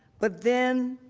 but then,